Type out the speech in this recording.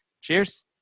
Cheers